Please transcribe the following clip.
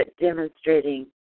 demonstrating